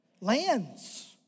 lands